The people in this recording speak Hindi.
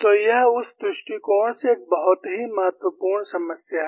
तो यह उस दृष्टिकोण से एक बहुत ही महत्वपूर्ण समस्या है